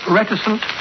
reticent